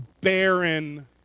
barren